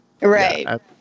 Right